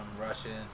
Russians